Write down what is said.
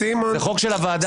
זה חוק של הוועדה.